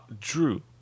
Drew